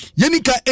yenika